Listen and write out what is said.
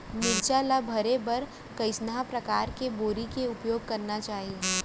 मिरचा ला भरे बर कइसना परकार के बोरी के उपयोग करना चाही?